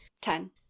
Ten